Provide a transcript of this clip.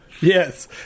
Yes